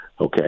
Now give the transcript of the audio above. Okay